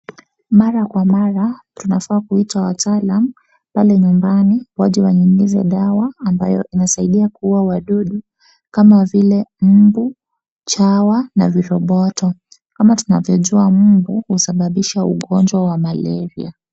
Mara kwa mara tunafaa kuita wataalam pale nyumbani waje wanyunyize dawa ambayo inasaidia kuuwa wadudu kama vile mbu, chawa, na viroboto. Kama tunavyojua mbu husababisha ugonjwa wa maleria.